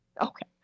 Okay